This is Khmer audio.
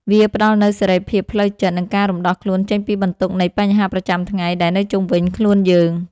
វាផ្ដល់នូវសេរីភាពផ្លូវចិត្ត និងការរំដោះខ្លួនចេញពីបន្ទុកនៃបញ្ហាប្រចាំថ្ងៃដែលនៅជុំវិញខ្លួនយើង។